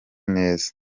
neza